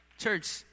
church